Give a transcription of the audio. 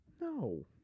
No